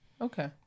Okay